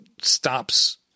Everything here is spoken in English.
stops